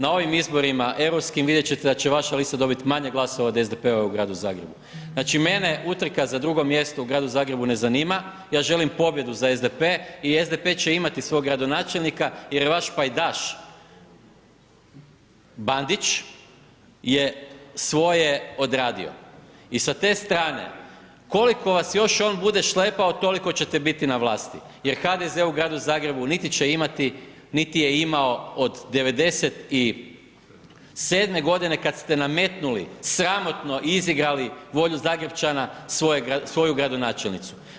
Na ovim izborima europskim, vidjet ćete da će vaša lista dobit manje glasova od SDP-a u gradu Zagrebu. znači mene utrka za drugo mjesto u gradu Zagrebu ne zanima, ja želim pobjedu za SDP i SDP će imati svog gradonačelnik jer vaš pajdaš Bandić je svoje odradio i sa te strane koliko vas on još bude šlepao, toliko ćete biti na vlasti jer HDZ u gradu Zagrebu niti će imati niti je imao od '97. g. kad ste nametnuli, sramotno izigrali volju Zagrepčana, svoju gradonačelnicu.